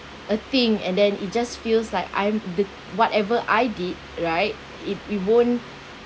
a thing and then it just feels like I'm the whatever I did right if it won't